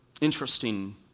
Interesting